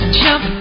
jump